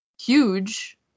huge